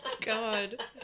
God